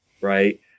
Right